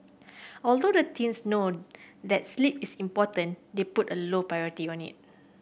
although the teens known that sleep is important they put a low priority on it